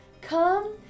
come